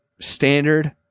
standard